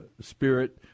spirit